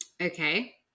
Okay